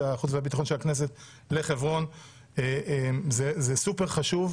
החוץ והביטחון של הכנסת לחברון זה סופר חשוב.